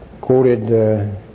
quoted